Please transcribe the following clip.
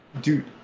Dude